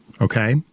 okay